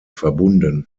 verbunden